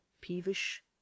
peevish